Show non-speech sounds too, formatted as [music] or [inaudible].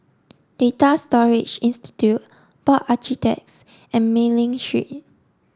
Data Storage Institute Board [unintelligible] and Mei Ling Street